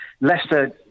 Leicester